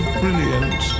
brilliant